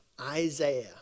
Isaiah